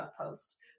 post